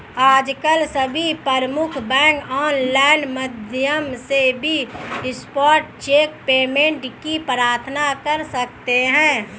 आजकल सभी प्रमुख बैंक ऑनलाइन माध्यम से भी स्पॉट चेक पेमेंट की प्रार्थना कर सकते है